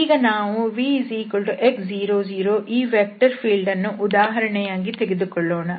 ಈಗ ನಾವು vx00 ಈ ವೆಕ್ಟರ್ ಫೀಲ್ಡ್ ಅನ್ನು ಉದಾಹರಣೆಯಾಗಿ ತೆಗೆದುಕೊಳ್ಳೋಣ